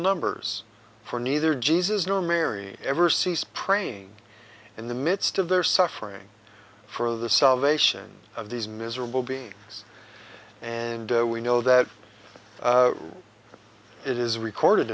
numbers for neither jesus nor mary ever sees praying in the midst of their suffering for the salvation of these miserable b and we know that it is recorded